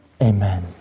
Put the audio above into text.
Amen